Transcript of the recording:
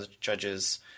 judges